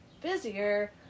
busier